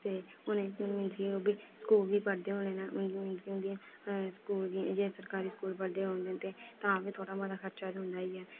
ते उ'नेंगी मींस कि ओह् बी स्कूल बी पढ़दे होने न कि मतलब कि उंदियां स्कूल दी सरकारी स्कूल पढ़दे होन गे तां बी थोह्ड़ा बौह्ता खर्चा होई जंदा ऐ